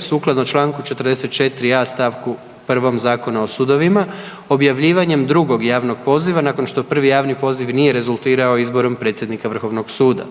sukladno čl. 44a. st. 1. Zakona o sudovima objavljivanjem drugog javnog poziva nakon što prvi javni poziv nije rezultirao izborom predsjednika vrhovnog suda.